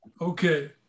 Okay